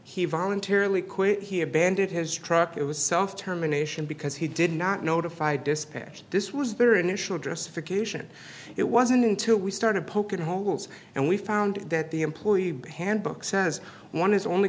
he voluntarily quit he abandoned his truck it was self terminations because he did not notify dispatch this was their initial dress for occasion it wasn't until we started poking holes and we found that the employee handbook says one is only